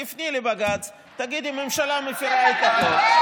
תפני לבג"ץ ותגידי: הממשלה מפירה את החוק.